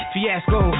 Fiasco